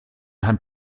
hand